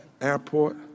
airport